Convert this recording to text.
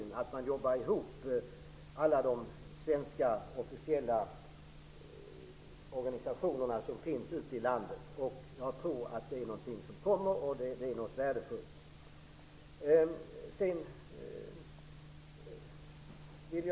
Det är viktigt att de jobbar ihop, alla de svenska officiella organisationer som finns utomlands. Jag tror att det är någonting som kommer, och det är värdefullt.